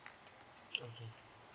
okay